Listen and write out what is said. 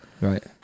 right